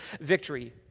victory